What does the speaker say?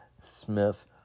Smith